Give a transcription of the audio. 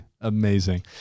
amazing